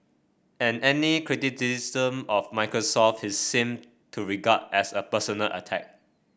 and any criticism of Microsoft he seemed to regard as a personal attack